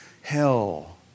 hell